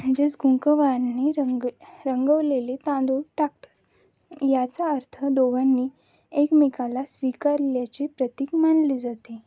म्हणजेच कुंकवानी रंग रंगवलेले तांदूळ टाकतात याचा अर्थ दोघांनी एकमेकाला स्वीकारल्याची प्रतिक मानली जाते